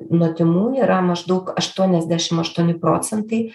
nuo tymų yra maždaug aštuoniasdešim aštuoni procentai